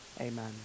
Amen